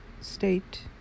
state